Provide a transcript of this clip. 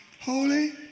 holy